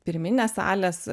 pirminės salės